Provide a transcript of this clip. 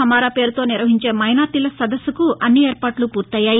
హమారా పేరుతో నిర్వహించే మైనారిటీల సదస్సుకు అన్ని ఏర్పాట్లూ పూర్తయ్యాయి